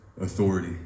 authority